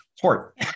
port